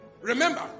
Remember